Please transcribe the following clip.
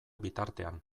bitartean